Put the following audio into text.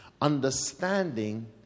understanding